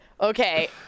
okay